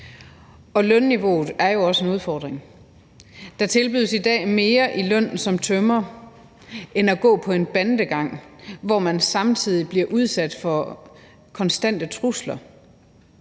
og lønniveauet er jo også en udfordring. Der tilbydes i dag mere i løn som tømrer end for at gå på en bandegang, hvor man samtidig bliver udsat for konstante trusler,